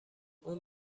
اون